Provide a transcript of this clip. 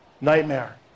Nightmare